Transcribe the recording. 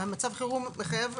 מצב החירום מחייב?